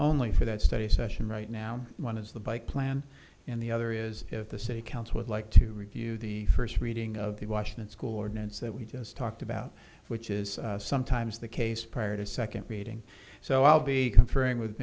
only for that study session right now one is the bike plan and the other is if the city council would like to review the first reading of the washington school ordinance that we just talked about which is sometimes the case prior to second creating so i'll be conferring with